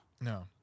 No